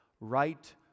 right